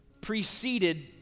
preceded